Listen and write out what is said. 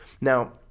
Now